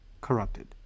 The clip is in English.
corrupted